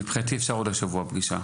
מבחינתי אפשר לקיים פגישה כבר השבוע.